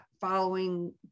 following